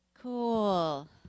Cool